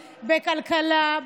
בכלכלה,